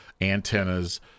antennas